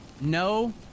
no